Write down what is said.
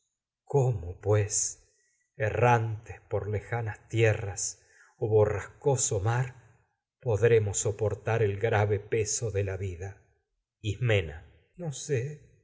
cómo mar pues errantes por lejanas tierras o borrascoso podremos soportar el grave peso de la vida sé ismena no